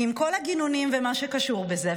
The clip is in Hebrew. עם כל הגינונים ומה שקשור בזה,